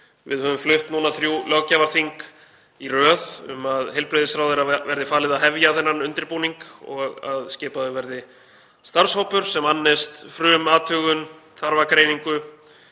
við höfum flutt núna þrjú löggjafarþing í röð um að heilbrigðisráðherra verði falið að hefja þennan undirbúning og að skipaður verði starfshópur sem annist frumathugun, þarfagreiningu